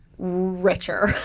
Richer